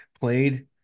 played